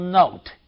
note